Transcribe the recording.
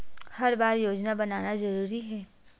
हर बार योजना बनाना जरूरी है?